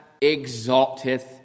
exalteth